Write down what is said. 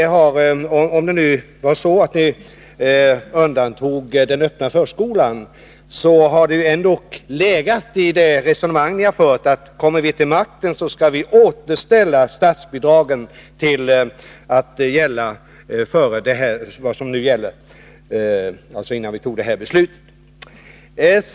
Om det uttalandet inte gällde den öppna förskolan, har det ändå i det resonemang som ni har fört legat att ”kommer vi till makten skall vi återställa sta.sbidragen till vad som gällde före beslutet 1981”.